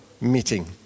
meeting